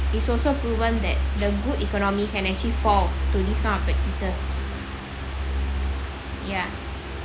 it's also proven that the good economy can actually fall to these kind of practices ya